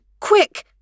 quick